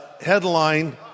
headline